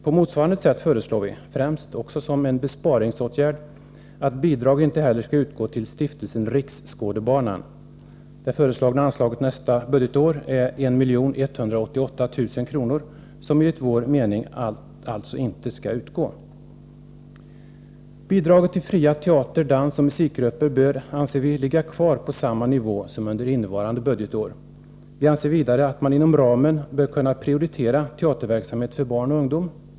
På motsvarande sätt föreslår vi, främst också som en besparingsåtgärd, att bidrag inte heller skall utgå till Stiftelsen Riksskådebanan. Det föreslagna anslaget nästa budgetår är 1 188 000 kr. som enligt vår uppfattning alltså inte skall utgå. Bidraget till fria teater-, dans-, och musikgrupper bör, anser vi, ligga kvar på samma nivå som innevarande budgetår. Vi anser vidare att man inom denna ram bör prioritera teaterverksamhet för barn och ungdom.